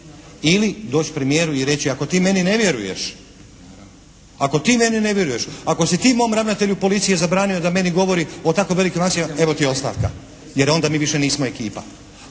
ili doći premijeru i reći ako ti meni ne vjeruješ, ako si ti mom ravnatelju policije zabranio da meni govori o tako velikim akcijama, evo ti ostavka jer onda mi više nismo ekipa.